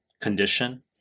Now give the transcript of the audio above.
condition